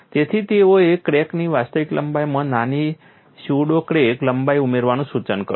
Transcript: તેથી તેઓએ ક્રેકની વાસ્તવિક લંબાઈમાં નાની સ્યુડો ક્રેક લંબાઈ ઉમેરવાનું સૂચન કર્યું